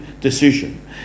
decision